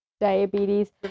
diabetes